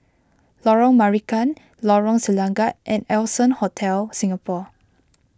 Lorong Marican Lorong Selangat and Allson Hotel Singapore